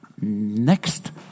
next